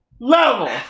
Level